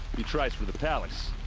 he tried for the palace.